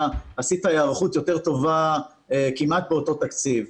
עשית היערכות יותר טובה כמעט באותו תקציב.